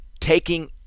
taking